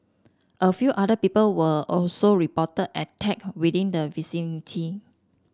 a few other people were also reported attacked within the vicinity